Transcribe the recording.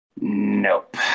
Nope